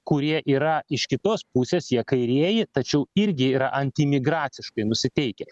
kurie yra iš kitos pusės jie kairieji tačiau irgi yra antiimigraciškai nusiteikę